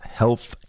health